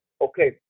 Okay